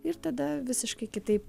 ir tada visiškai kitaip